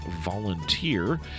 volunteer